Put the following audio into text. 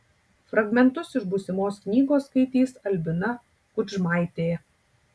fragmentus iš būsimos knygos skaitys albina kudžmaitė